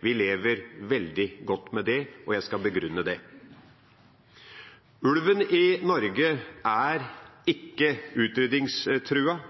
vi lever veldig godt med det, og jeg skal begrunne det. Ulven i Norge er ikke utryddingstruet.